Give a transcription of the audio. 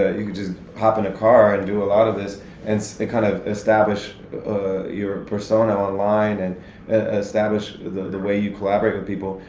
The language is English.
ah you can just hop in a car and do of lot of this and kind of establish your persona online and establish the way you collaborate with people.